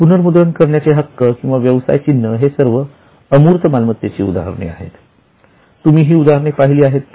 पुनर्मुद्रण करण्याचे हक्क किंवा व्यवसाय चिन्ह हे सर्व अमूर्त मालमत्तेची उदाहरण आहेत तुम्ही ही उदाहरणे पाहिली आहेत का